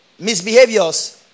misbehaviors